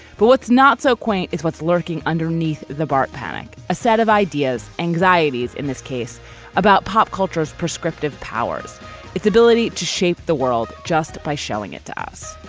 but what's not so quaint is what's lurking underneath the bart panic a set of ideas anxieties in this case about pop culture's prescriptive powers its ability to shape the world just by showing it to us.